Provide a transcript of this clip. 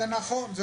זה נכון.